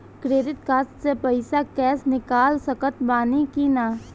Credit card से पईसा cash निकाल सकत बानी की ना?